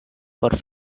por